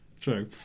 True